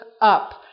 up